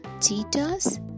cheetahs